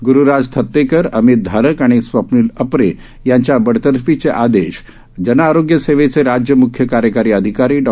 गुरुराज थतेकर अमित धारक आणि स्वप्निल अपरे यांच्या बडतर्फीचे आदेश जनआरोग्य सेवेचे राज्य म्ख्य कार्यकारी अधिकारी डॉ